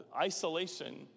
isolation